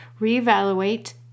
reevaluate